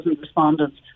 respondents